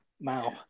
Wow